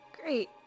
Great